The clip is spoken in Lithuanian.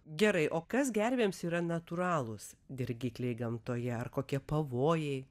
gerai o kas gervėms yra natūralūs dirgikliai gamtoje ar kokie pavojai